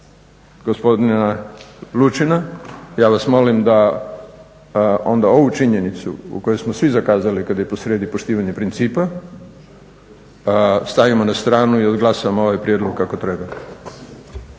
gospodina Lučina, ja vas molim da onda ovu činjenicu u kojoj smo svi zakazali kad je posrijedi poštivanje principa stavimo na stranu ili da glasujemo ovaj prijedlog kako treba.